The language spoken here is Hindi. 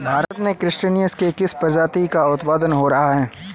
भारत में क्रस्टेशियंस के किस प्रजाति का उत्पादन हो रहा है?